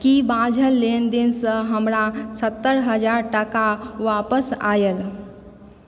की बाझल लेनदेनसँ हमरा सत्तरि हजार टाका वापिस आयल